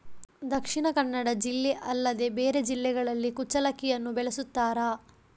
ದಕ್ಷಿಣ ಕನ್ನಡ ಜಿಲ್ಲೆ ಅಲ್ಲದೆ ಬೇರೆ ಜಿಲ್ಲೆಗಳಲ್ಲಿ ಕುಚ್ಚಲಕ್ಕಿಯನ್ನು ಬೆಳೆಸುತ್ತಾರಾ?